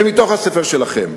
הם מתוך הספר שלכם.